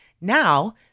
Now